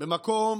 במקום